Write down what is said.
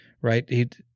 right